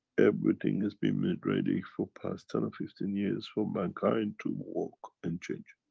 everything has been made ready for past ten or fifteen years for mankind to walk and change.